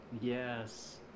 Yes